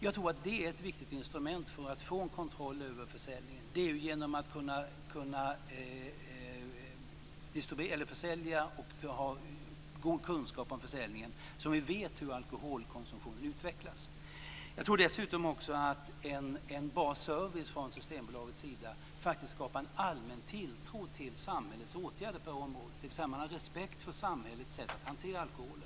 Jag tror att det är ett viktigt instrument för att få en kontroll över försäljningen. Det är ju genom att kunna försälja och ha god kunskap om försäljningen som vi vet hur alkoholkonsumtionen utvecklas. Jag tror dessutom att en bra service från Systembolagets sida faktiskt skapar en allmän tilltro till samhällets åtgärder på detta område, dvs. att man har respekt för samhällets sätt att hantera alkoholen.